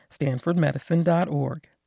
stanfordmedicine.org